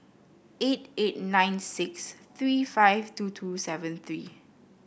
eight eight nine six three five two two seven three